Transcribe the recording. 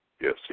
Yes